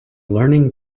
learning